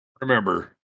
Remember